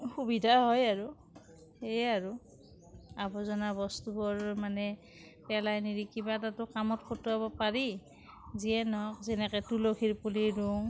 সুবিধা হয় আৰু সেয়ে আৰু আৱৰ্জনা বস্তুবোৰ মানে পেলাই নিদি কিবা এটাটো কামত খটুৱাব পাৰি যিয়ে নহওঁক যেনেকৈ তুলসীৰ পুলি ৰুওঁ